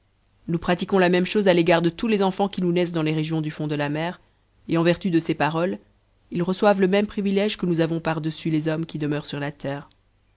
nous pratiquons la même chose à l'égard de tous les enfants qui nous naissent dans les régions du fond de la mer et en vertu de ces paroles ils reçoivent fe même privilège que nous avons par-dessus les hommes qui demeurent sur la terre